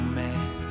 man